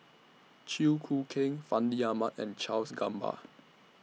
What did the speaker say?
Chew Choo Keng Fandi Ahmad and Charles Gamba